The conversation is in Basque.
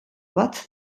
bat